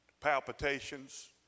palpitations